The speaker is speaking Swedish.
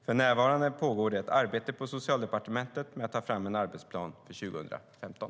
För närvarande pågår det ett arbete på Socialdepartementet med att ta fram en arbetsplan för 2015.